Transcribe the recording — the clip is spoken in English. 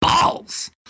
balls